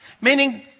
Meaning